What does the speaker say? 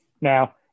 Now